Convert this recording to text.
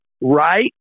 right